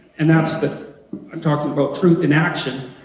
and that's the i'm talking about truth in action